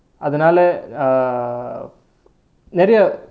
அதனாலே:athanaalae err நிறைய:niraiya